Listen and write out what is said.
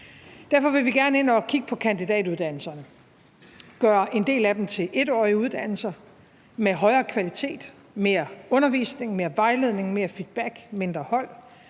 Derfor vil vi gerne ind og kigge på kandidatuddannelserne og gøre en del af dem til 1-årige uddannelser med højere kvalitet, mere undervisning, mere vejledning, mere feedback og mindre hold,